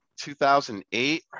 2008